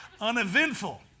Uneventful